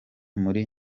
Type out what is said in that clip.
muri